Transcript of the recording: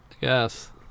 Yes